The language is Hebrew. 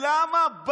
למה?